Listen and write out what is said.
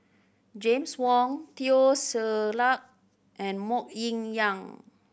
James Wong Teo Ser Luck and Mok Ying Jang